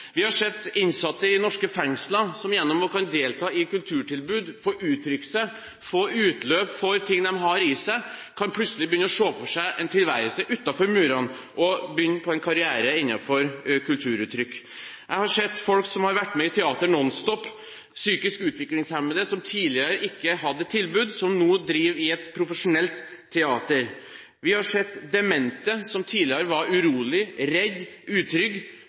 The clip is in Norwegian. Vi har sett innsatte i norske fengsler som gjennom å delta i kulturtilbud kan få uttrykke seg og få utløp for ting de har i seg. De kan plutselig begynne å se for seg en tilværelse utenfor murene, begynne på en karriere innenfor kulturuttrykk. Jeg har sett folk som har vært med i Teater nonSTOP – psykisk utviklingshemmede som tidligere ikke hadde tilbud, som nå driver i et profesjonelt teater. Vi har sett demente som tidligere var